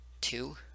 Two